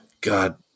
God